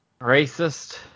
Racist